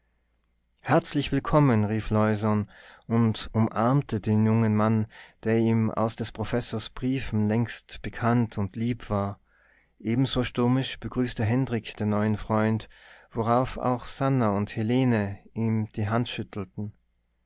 herzlich willkommen rief leusohn und umarmte den jungen mann der ihm aus des professors briefen längst bekannt und lieb war ebenso stürmisch begrüßte hendrik den neuen freund worauf auch sannah und helene ihm die hand schüttelten